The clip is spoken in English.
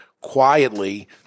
quietly